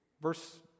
Verse